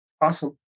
Awesome